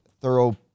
thorough